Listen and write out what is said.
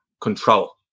control